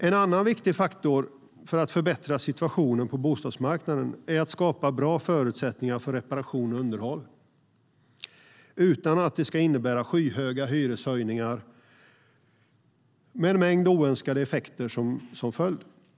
En annan viktig faktor för att förbättra situationen på bostadsmarknaden är att skapa bra förutsättningar för reparation och underhåll utan att det innebär skyhöga hyreshöjningar, med en mängd oönskade effekter som följd.